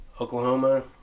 Oklahoma